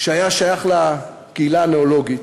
שהיה שייך לקהילה הניאולוגית,